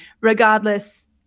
regardless